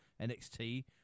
NXT